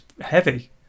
heavy